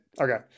okay